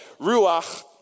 Ruach